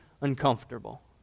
uncomfortable